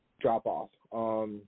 drop-off